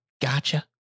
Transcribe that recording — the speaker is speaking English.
gotcha